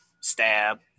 Stab